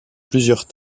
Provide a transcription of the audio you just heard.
plusieurs